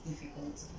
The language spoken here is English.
difficult